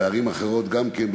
ובערים אחרות גם כן,